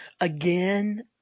Again